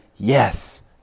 Yes